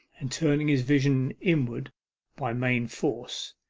and turning his vision inward by main force,